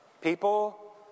people